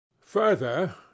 Further